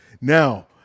now